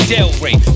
Delray